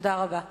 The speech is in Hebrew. תודה רבה.